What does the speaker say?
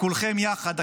כולכם יחד,